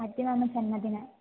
अद्य मम जन्मदिनम्